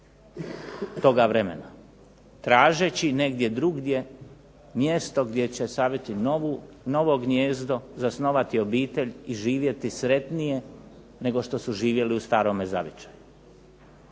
toga vremena, tražeći negdje drugdje mjesto gdje će saviti novo gnijezdo, zasnovati obitelj i živjeti sretnije nego što su živjeli u starom zavičaju.